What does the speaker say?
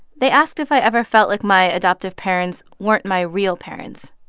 they asked if i ever felt like my adoptive parents weren't my real parents.